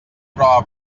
prova